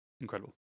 incredible